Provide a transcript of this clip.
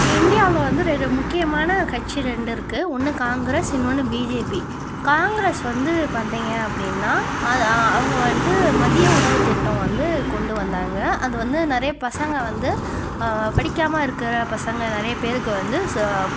இந்தியாவில் வந்து ரெண்டு முக்கியமான கட்சி ரெண்டு இருக்குது ஒன்று காங்கிரஸ் இன்னொன்று பிஜேபி காங்கிரஸ் வந்து பார்த்திங்க அப்படின்னா அதை அவங்க வந்துட்டு மதிய உணவுத் திட்டம் வந்து கொண்டு வந்தாங்க அது வந்து நிறைய பசங்க வந்து படிக்காமல் இருக்கிற பசங்க நிறைய பேருக்கு வந்து ச